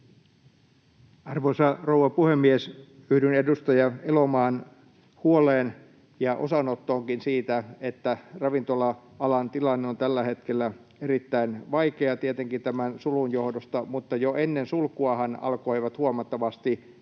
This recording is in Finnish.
Arvoisa rouva puhemies! Yhdyn edustaja Elomaan huoleen ja osanottoonkin siitä, että ravintola-alan tilanne on tällä hetkellä erittäin vaikea tietenkin tämän sulun johdosta, mutta jo ennen sulkuahan asiakkaiden